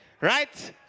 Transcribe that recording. right